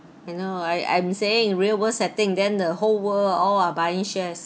you know I I'm saying real world setting then the whole world all are buying shares